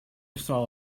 saw